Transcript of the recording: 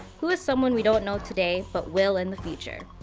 who is someone we don't know today, but will in the future?